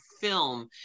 film